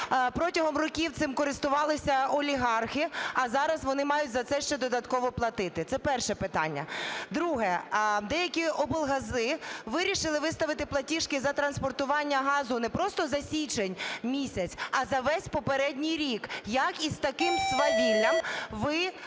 Протягом років цим користувалися олігархи, а зараз вони мають за це ще додатково платити? Це перше питання. Друге. Деякі облгази вирішили виставити платіжки за транспортування газу не просто за січень місяць, а за весь попередній рік. Як із таким свавіллям ви